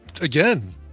again